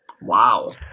Wow